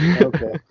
okay